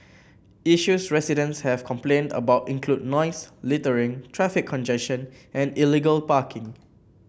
issues residents have complained about include noise littering traffic congestion and illegal parking